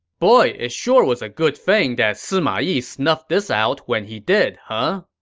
boy, it sure was a good thing that sima yi snuffed this out when he did, huh?